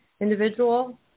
individual